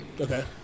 Okay